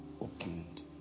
opened